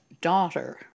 daughter